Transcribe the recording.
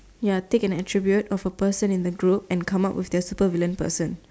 ya take an attribute of a person in the group and come up with a supervillain person